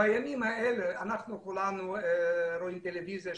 בימים אלה אנחנו כולנו צופים בטלוויזיה,